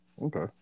okay